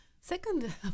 second